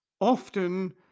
often